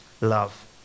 love